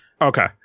Okay